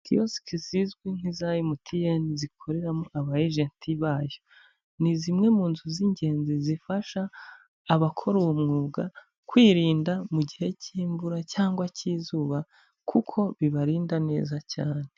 Kiyosike zizwi nk'iza MTN zikoreramo aba ejenti bayo, ni zimwe mu nzu z'ingenzi zifasha abakora uwo mwuga kwirinda mu gihe cy'imvura cyangwa cy'izuba kuko bibarinda neza cyane.